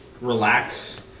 relax